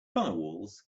firewalls